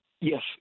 Yes